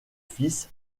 fils